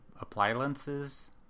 Appliances